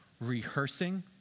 Rehearsing